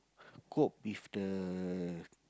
cope with the